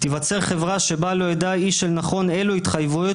תיווצר חברה שבה לא ידע איש אל נכון אלו התחייבויות